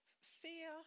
Fear